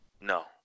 no